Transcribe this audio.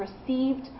received